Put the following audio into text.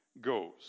goes